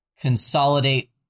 consolidate